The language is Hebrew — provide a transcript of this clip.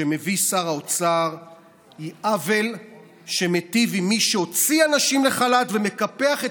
שמביא שר האוצר היא עוול שמיטיב עם מי שהוציא אנשים לחל"ת ומקפח את